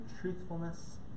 truthfulness